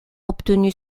obtenu